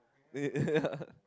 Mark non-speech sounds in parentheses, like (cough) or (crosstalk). eh (laughs) ya